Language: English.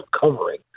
covering